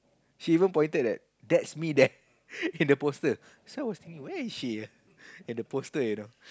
she even pointed that that's me there in the poster so I was thinking where is she in the poster you know